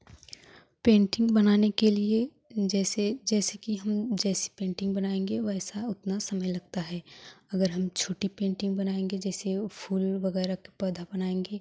painting बनाने के लिए जैसे जैसे कि हम जैसी पेंटिंग बनाएँगे वैसा उतना समय लगता है अगर हम छोटी पेंटिंग बनाएँगे जैसे फूल वगैरह के पौधा बनाएँगे